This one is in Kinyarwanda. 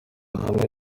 hamwe